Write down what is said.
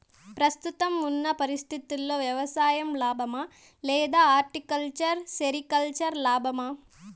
ప్రస్తుతం ఉన్న పరిస్థితుల్లో వ్యవసాయం లాభమా? లేదా హార్టికల్చర్, సెరికల్చర్ లాభమా?